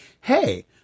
hey